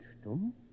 Stumm